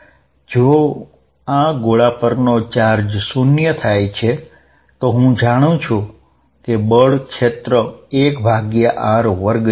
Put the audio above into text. જો આ ગોળા પરનો ચાર્જ 0 થાય છે તો હું જાણું છું કે બળ ક્ષેત્ર 1r2 છે